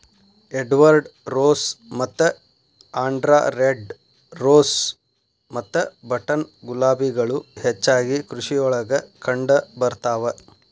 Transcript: Edward rose ಮತ್ತ Andhra red rose ಮತ್ತ button ಗುಲಾಬಿಗಳು ಹೆಚ್ಚಾಗಿ ಕೃಷಿಯೊಳಗ ಕಂಡಬರ್ತಾವ